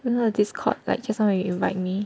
Discord like just now when you invite me